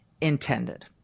intended